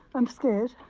i'm scared,